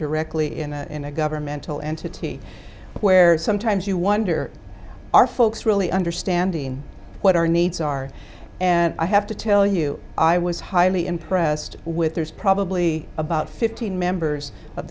directly in a in a governmental entity where sometimes you wonder are folks really understanding what our needs are and i have to tell you i was highly impressed with there's probably about fifteen members of